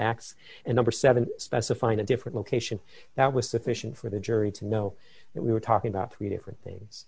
acts and number seven specifying a different location that was sufficient for the jury to know that we were talking about three different things